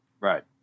right